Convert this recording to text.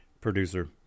producer